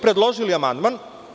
Predložili smo amandman.